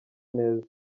neza